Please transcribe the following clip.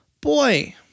boy